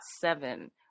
seven